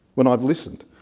when i've listened,